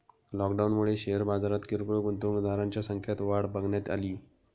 लॉकडाऊनमुळे शेअर बाजारात किरकोळ गुंतवणूकदारांच्या संख्यात वाढ बघण्यात अली